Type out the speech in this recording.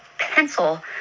pencil